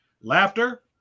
Laughter